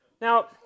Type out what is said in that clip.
Now